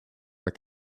are